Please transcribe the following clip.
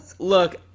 Look